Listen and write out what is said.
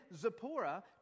Zipporah